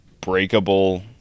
breakable